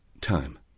Time